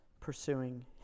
Pursuing